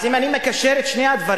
אז אם אני מקשר את שני הדברים,